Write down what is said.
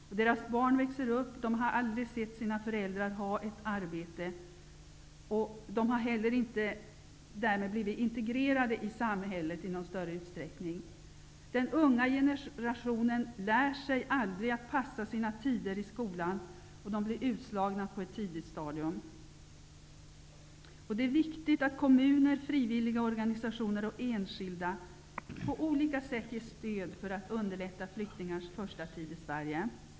Deras barn växer upp utan att ha sett sina föräldrar ha ett arbete. Därför har de heller inte i någon större utsträckning blivit integrerade i samhället. Den unga generationen lär sig aldrig att passa tider i skolan, och de blir utslagna på ett tidigt stadium. Det är viktigt att kommuner, frivilligorganisa tioner och enskilda på olika sätt ger stöd för att underlätta flyktingars första tid i Sverige.